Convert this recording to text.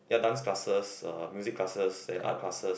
ya dance classes uh music classes and art classes